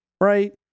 right